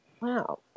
Wow